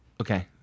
Okay